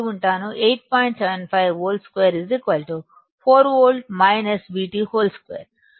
75 V2 2 కాబట్టి 2